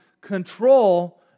control